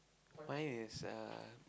mine is uh